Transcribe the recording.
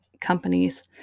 companies